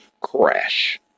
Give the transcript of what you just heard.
crash